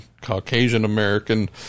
Caucasian-American